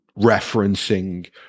referencing